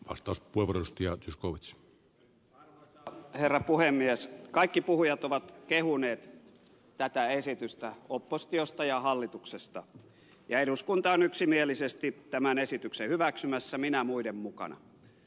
vastaus pulmodus ja koulutus herra puhemies kaikki puhujat ovat kehuneet tätä esitystä oppositiosta ja hallituksesta ja eduskunta on yksimielisesti tämän esityksen hyväksymässä minä ensimmäinen varapuhemies